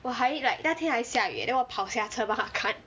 我还 like 那天还下雨 eh then 我跑下车帮她看